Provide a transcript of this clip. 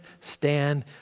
stand